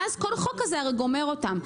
ואז כל חוק כזה הרי גומר אותם.